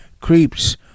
Creeps